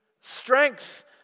strength